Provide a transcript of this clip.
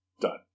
Done